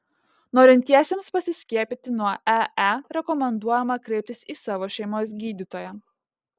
norintiesiems pasiskiepyti nuo ee rekomenduojama kreiptis į savo šeimos gydytoją